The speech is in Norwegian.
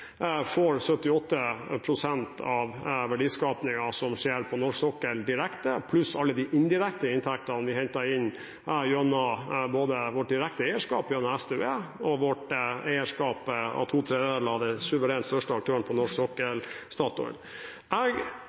får 78 pst. av verdiskapingen som skjer på norsk sokkel direkte, pluss alle de indirekte inntektene vi henter inn både gjennom vårt direkte eierskap gjennom SDØE og gjennom vårt eierskap til to tredjedeler av den suverent største aktøren på norsk sokkel, Statoil. Jeg